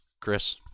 Chris